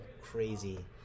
crazy